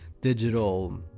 digital